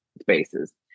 spaces